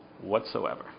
whatsoever